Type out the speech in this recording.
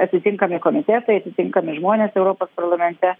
atitinkami komitetai atitinkami žmonės europos parlamente